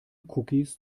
cookies